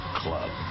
club